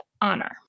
honor